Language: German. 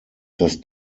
das